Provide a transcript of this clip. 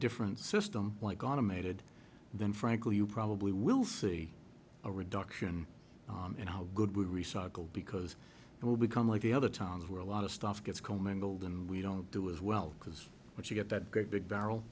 different system like automated then frankly you probably will see a reduction in how good we recycle because it will become like the other towns where a lot of stuff gets commingled and we don't do as well because once you get that great big barrel